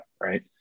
right